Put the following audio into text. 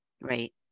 Right